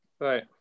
Right